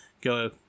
go